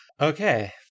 Okay